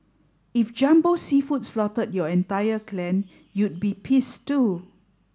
if Jumbo Seafood slaughtered your entire clan you'd be pissed too